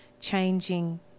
changing